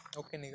okay